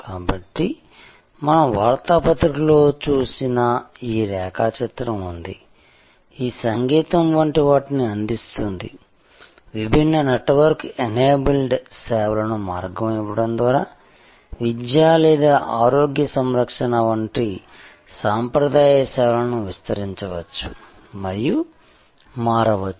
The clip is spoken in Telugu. కాబట్టి మనం వార్తాపత్రిక లో చూసిన ఈ రేఖాచిత్రం ఉంది ఈ సంగీతం వంటి వాటిని అందిస్తుంది విభిన్న నెట్వర్క్ ఎనేబుల్డ్ సేవలకు మార్గం ఇవ్వడం ద్వారా విద్య లేదా ఆరోగ్య సంరక్షణ వంటి సాంప్రదాయ సేవలను విస్తరించవచ్చు మరియు మార్చవచ్చు